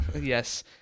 Yes